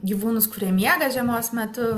gyvūnus kurie miega žiemos metu